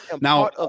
now